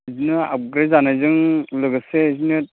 बिदिनो आपग्रेड जानायजों लोगोसे बिदिनो